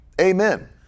Amen